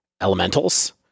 elementals